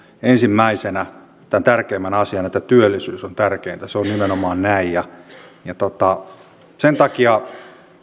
ensimmäisenä tämän tärkeimmän asian että työllisyys on tärkeintä se on nimenomaan näin sen takia